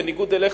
בניגוד לך,